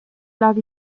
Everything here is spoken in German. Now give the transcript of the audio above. lag